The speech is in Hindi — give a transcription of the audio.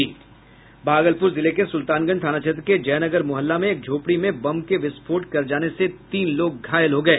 भागलपुर जिले के सुल्तानगंज थाना क्षेत्र के जयनगर मुहल्ला में एक झोपड़ी में बम के विस्फोट कर जाने से तीन लोग घायल हो गये